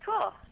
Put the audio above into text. Cool